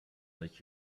let